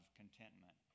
contentment